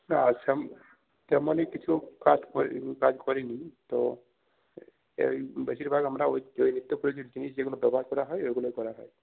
না সেরকম তেমনই কিছু কাজ করিনি কাজ করিনি তো এই বেশিরভাগ আমরা ওই নিত্য প্রয়োজনীয় জিনিস যেগুলো ব্যবহার করা হয় ওগুলো করা হয়